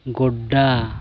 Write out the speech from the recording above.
Godda